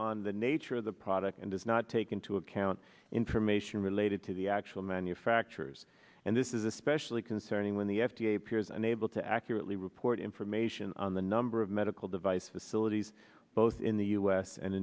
on the nature of the product and does not take into account information related to the actual manufacturers and this is especially concerning when the f d a peers unable to accurately report information on the number of medical device facilities both in the u s and